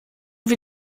wir